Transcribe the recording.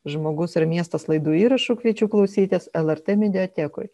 žmogus ir miestas laidų įrašų kviečiu klausytis lrt mediatekoje